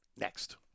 next